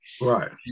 right